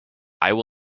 will